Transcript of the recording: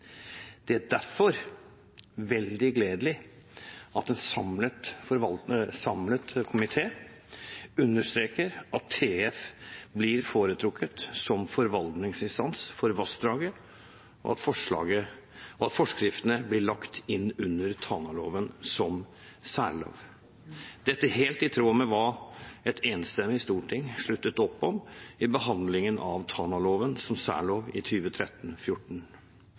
Det er derfor veldig gledelig at en samlet komité understreker at TF blir foretrukket som forvaltningsinstans for vassdraget, og at forskriftene blir lagt inn under Tanaloven som særlov – dette helt i tråd med hva et enstemmig storting sluttet opp om ved behandlingen av Tanaloven som særlov i